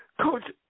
Coach